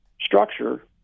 structure